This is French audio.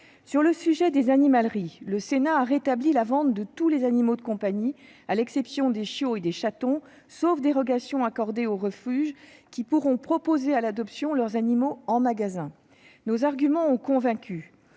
S'agissant des animaleries, notre assemblée a rétabli la vente de tous les animaux de compagnie, à l'exception des chiots et des chatons ; des dérogations seront accordées aux refuges, qui pourront proposer à l'adoption leurs animaux en magasin. Nos arguments ont convaincu